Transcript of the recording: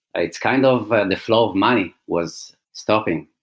it's kind of the flow of money was stopping.